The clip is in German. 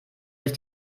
sich